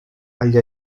agli